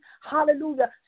Hallelujah